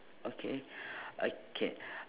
okay okay